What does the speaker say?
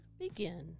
begin